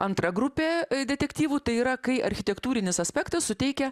antra grupė detektyvų tai yra kai architektūrinis aspektas suteikia